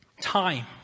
Time